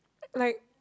like